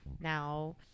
Now